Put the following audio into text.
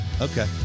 Okay